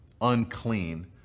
unclean